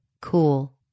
cool